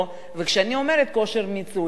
כשאני אומרת כושר השתכרות,